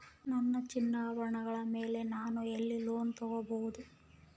ನನ್ನ ಚಿನ್ನಾಭರಣಗಳ ಮೇಲೆ ನಾನು ಎಲ್ಲಿ ಲೋನ್ ತೊಗೊಬಹುದು?